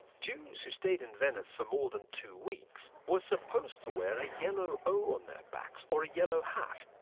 jews who stayed in venice for more than two weeks were supposed to wear a yellow o' on their backs or a yellow hat.